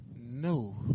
No